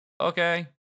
okay